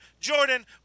Jordan